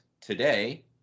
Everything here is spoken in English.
today